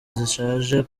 zishaje